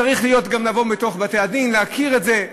צריך גם לבוא מתוך בתי-הדין, להכיר את זה.